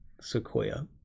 sequoia